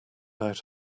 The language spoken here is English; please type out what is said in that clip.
out